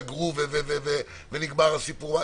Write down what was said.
עבירה ראשונה ומייד סוגרים ונגמר הסיפור.